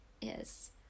Yes